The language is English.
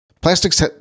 Plastics